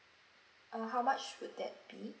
uh how much would that be